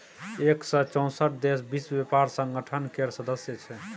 एक सय चौंसठ देश विश्व बेपार संगठन केर सदस्य छै